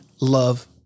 love